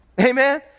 Amen